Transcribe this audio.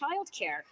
childcare